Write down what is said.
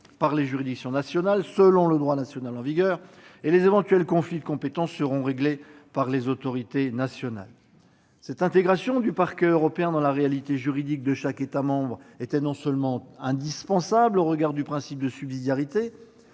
par les juridictions nationales selon le droit national en vigueur et les éventuels conflits de compétence seront réglés par les autorités nationales. Cette intégration du Parquet européen dans la réalité juridique de chaque État membre était non seulement indispensable au regard du principe de subsidiarité,